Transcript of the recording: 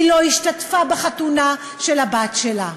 היא לא השתתפה בחתונה של הבת שלה.